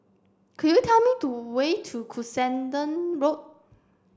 could you tell me do way to Cuscaden Road